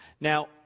Now